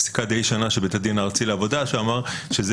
יש פסיקה די ישנה של בית הדין הארצי לעבודה שאמר שזה